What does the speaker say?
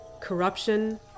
corruption